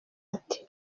ati